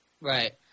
Right